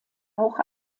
auch